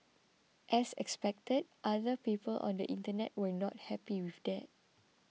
as expected other people on the Internet were not happy with that